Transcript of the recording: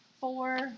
four